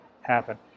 happen